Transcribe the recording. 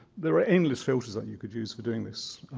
there are endless filters that you could use for doing this,